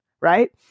right